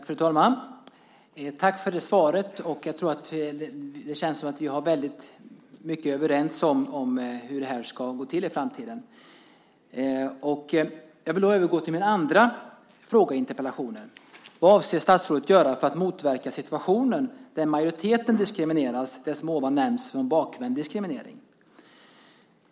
Fru talman! Jag tackar för det svaret. Det känns som att vi är väldigt överens om hur det här ska gå till i framtiden. Jag vill då övergå till min andra fråga i interpellationen: Vad avser statsrådet att göra för att motverka situationen där majoriteten diskrimineras, det som ovan nämns om bakvänd diskriminering?